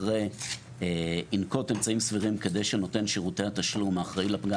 אחרי ינקוט אמצעים סבירים כדי שנותן שירותי התשלום האחראי לפגם